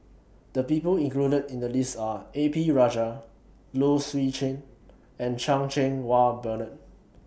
The People included in The list Are A P Rajah Low Swee Chen and Chan Cheng Wah Bernard